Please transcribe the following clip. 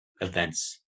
events